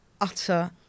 utter